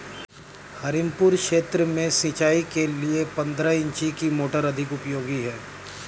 हमीरपुर क्षेत्र में सिंचाई के लिए पंद्रह इंची की मोटर अधिक उपयोगी है?